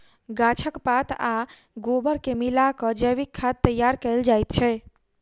गाछक पात आ गोबर के मिला क जैविक खाद तैयार कयल जाइत छै